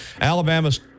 alabama's